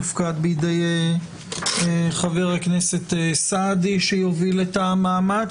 תופקד בידי חבר הכנסת סעדי שיוביל את המאמץ